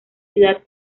ciudad